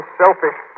selfish